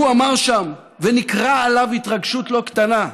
והוא אמר שם, וניכרה עליו התרגשות לא קטנה: